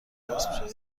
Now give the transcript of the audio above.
اسب